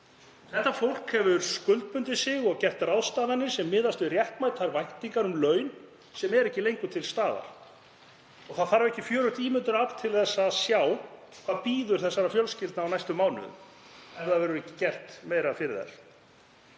Þetta fólk hefur skuldbundið sig og gert ráðstafanir sem miðast við réttmætar væntingar um laun sem eru ekki lengur til staðar. Það þarf ekki fjörugt ímyndunarafl til að sjá hvað bíður þessara fjölskyldna á næstu mánuðum ef ekki verður meira gert fyrir þær.